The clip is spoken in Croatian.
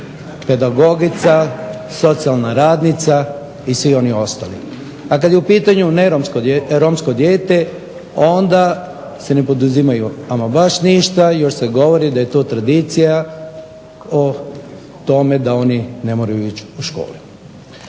pedagogica, socijalna radnica i svi ostali, a kada je u pitanju romsko dijete onda se ne poduzimaju ama baš ništa i još se govori da je to tradicija o tome da oni ne moraju ići u školu.